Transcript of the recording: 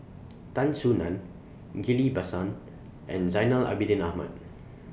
Tan Soo NAN Ghillie BaSan and Zainal Abidin Ahmad